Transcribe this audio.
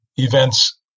Events